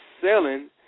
selling